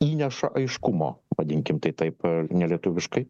įneša aiškumo vadinkime tai taip nelietuviškai